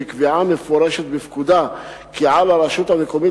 בקביעה מפורשת בפקודה כי על הרשות המקומית